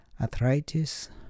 arthritis